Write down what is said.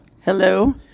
Hello